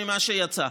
ממה שיצא.